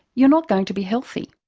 you're not going to be healthy.